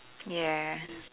ya